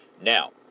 Now